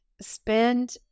spend